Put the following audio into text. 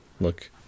look